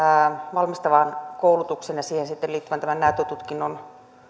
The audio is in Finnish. valmistavaan koulutukseen ja siihen liittyvän näyttötutkinnon